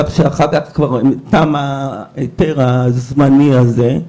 כך שאחר כך תם ההיתר הזמני הזה,